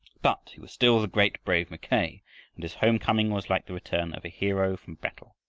but he was still the great, brave mackay and his home-coming was like the return of a hero from battle.